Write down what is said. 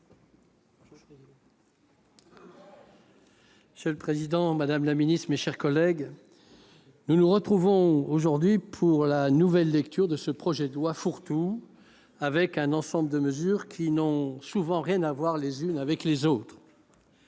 Monsieur le président, madame la secrétaire d'État, mes chers collègues, nous nous retrouvons aujourd'hui pour la nouvelle lecture de ce projet de loi fourre-tout comportant un ensemble de mesures qui n'ont souvent rien à voir les unes avec les autres.